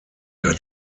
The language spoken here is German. hat